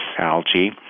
algae